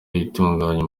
itunganya